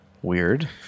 Weird